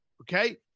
Okay